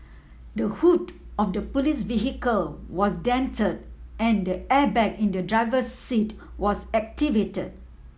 the hood of the police vehicle was dented and the airbag in the driver's seat was activated